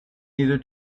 neither